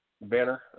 Banner